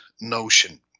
notion